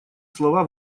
слова